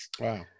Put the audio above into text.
Wow